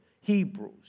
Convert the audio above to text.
Hebrews